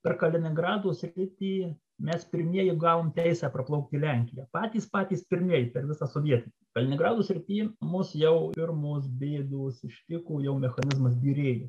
per kaliningrado sritį mes pirmieji gavom teisę praplaukti į lenkiją patys patys pirmieji per visą sovietmetį kaliningrado srity mus jau mus pirmos bėdos ištiko jau mechanizmas byrėjo